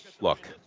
look